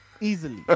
easily